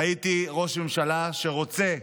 ראיתי ראש ממשלה שרוצה,